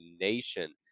nation